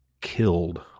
killed